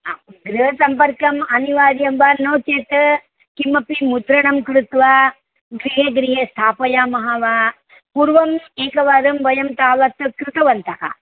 आं गृहसम्पर्कम् अनिवार्यं वा नो चेत् किमपि मुद्रणं कृत्वा गृहे गृहे स्थापयामः वा पूर्वम् एकवारं वयं तावत् कृतवन्तः